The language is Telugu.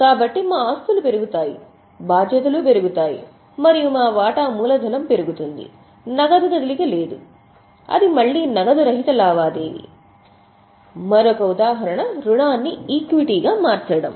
కాబట్టి మా ఆస్తులు పెరుగుతాయి బాధ్యతలు పెరుగుతాయి మరియు మా వాటా మూలధనం పెరుగుతుంది నగదు కదలిక లేదు అది మళ్ళీ నగదు రహిత లావాదేవీ మరొక ఉదాహరణ రుణాన్ని ఈక్విటీగా మార్చడం